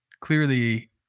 clearly